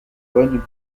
bonne